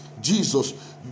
Jesus